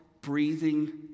breathing